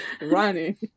running